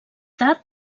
tard